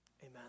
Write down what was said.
Amen